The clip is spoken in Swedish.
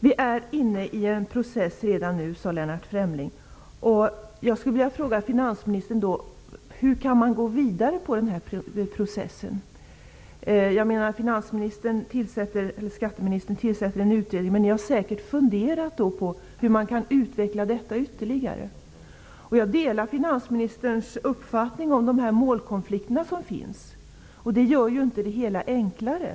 Vi är redan nu inne i en process, sade Lennart Fremling alltså. Jag skulle då vilja fråga finansministern: Hur kan man gå vidare i den processen? Finansministern eller skatteministern tillsätter visserligen en utredning, men ni har säkert funderat över hur man kan utveckla detta ytterligare. Jag delar finansministerns uppfattning om de målkonflikter som finns. De gör inte det hela enklare.